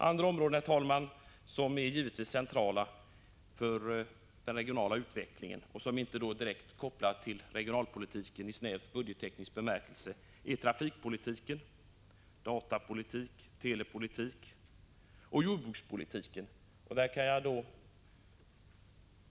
Andra områden som är centrala för den regionala utvecklingen och som inte direkt är kopplade till regionalpolitiken i snäv budgetteknisk bemärkelse är trafikpolitiken, datapolitiken, telepolitiken och jordbrukspolitiken.